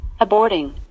Aborting